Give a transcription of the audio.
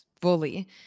fully